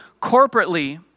corporately